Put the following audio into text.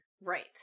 Right